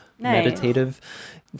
meditative